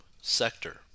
sector